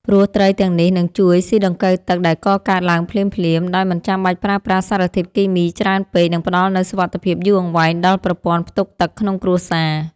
ព្រោះត្រីទាំងនេះនឹងជួយស៊ីដង្កូវទឹកដែលកកើតឡើងភ្លាមៗ ដោយមិនចាំបាច់ប្រើប្រាស់សារធាតុគីមីច្រើនពេក និងផ្តល់នូវសុវត្ថិភាពយូរអង្វែងដល់ប្រព័ន្ធផ្ទុកទឹកក្នុងគ្រួសារ។